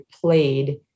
played